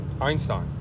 Einstein